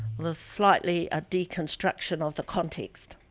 the slightly, a deconstruction of the context.